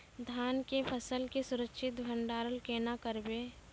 धान के फसल के सुरक्षित भंडारण केना करबै?